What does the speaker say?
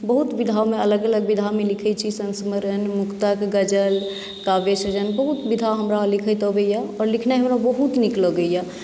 बहुत विधामे अलग अलग विधामे लिखैत छी संस्मरण मुक्तक गज़ल काव्य सृजन बहुत विधा हमरा लिखैत अबैए आओर लिखनाइ हमरा बहुत नीक लगैए